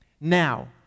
Now